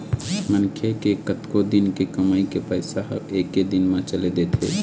मनखे के कतको दिन के कमई के पइसा ह एके दिन म चल देथे